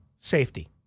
Safety